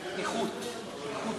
איכות.